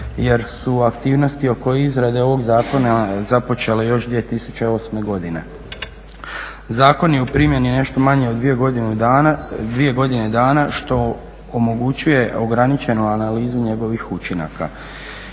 jer su aktivnosti oko izrade ovog zakona započele još 2008. godine. Zakon je u primjeni nešto manje od dvije godine dana što omogućuje ograničenu analizu njegovih učinaka.